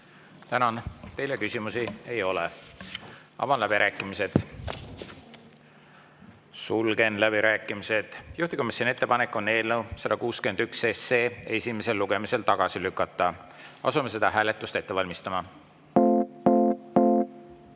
teile ei ole. Avan läbirääkimised. Sulgen läbirääkimised. Juhtivkomisjoni ettepanek on eelnõu 111 esimesel lugemisel tagasi lükata. Asume seda hääletust ette valmistama.